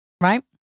Right